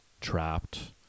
trapped